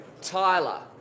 Tyler